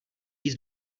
víc